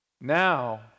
now